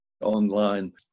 online